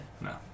No